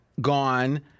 gone